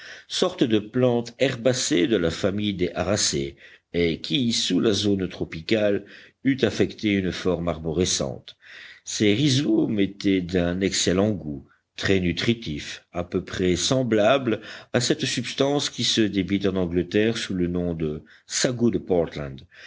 sorte de plante herbacée de la famille des aracées et qui sous la zone tropicale eût affecté une forme arborescente ces rhizomes étaient d'un excellent goût très nutritifs à peu près semblables à cette substance qui se débite en angleterre sous le nom de sagou de portland